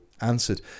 answered